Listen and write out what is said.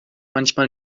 manchmal